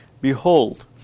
Behold